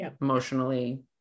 emotionally